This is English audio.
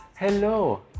Hello